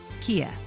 Kia